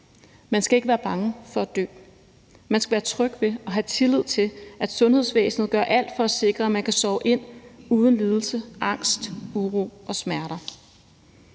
Man skal ikke være bange for at dø. Man skal være tryg ved og have tillid til, at sundhedsvæsnet gør alt for at sikre, at man kan sove ind uden lidelse, angst, uro og smerter.